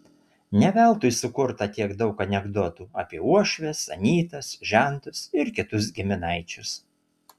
ne veltui sukurta tiek daug anekdotų apie uošves anytas žentus ir kitus giminaičius